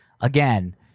again